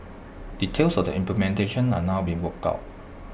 details of the implementation are now being worked out